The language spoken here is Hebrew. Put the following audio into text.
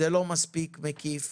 זה לא מספיק מקיף